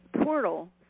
portal